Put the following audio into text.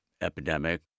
epidemic